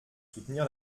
soutenir